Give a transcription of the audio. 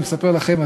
אני מספר לכם,